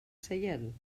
seient